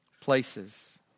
places